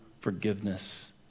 forgiveness